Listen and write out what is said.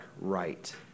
right